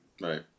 Right